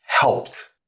helped